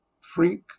freak